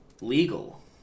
legal